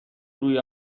روی